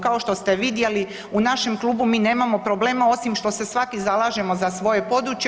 Kao što ste vidjeli u našem klubu mi nemamo problema, osim što se svaki zalažemo za svoje područje.